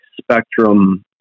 spectrum